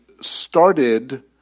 started